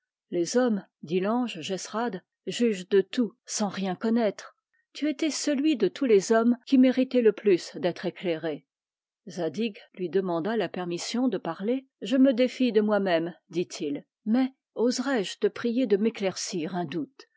les hommes dit l'ange jesrad jugent de tout sans rien connaître tu étais celui de tous les hommes qui méritait le plus d'être éclairé zadig lui demanda la permission de parler je me défie de moi-même dit-il mais oserai-je te prier de m'éclaircir un doute